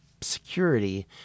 security